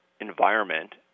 environment